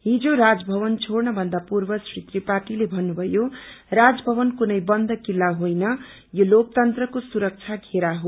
हिजो राजभवन छोड़न भन्दा पूर्व श्री त्रिपाठीले भन्नुभयो राजभवन कुनै बन्द किल्ला होईन यो लोकतन्त्रको सुरक्षा घेरा हो